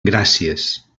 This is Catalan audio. gràcies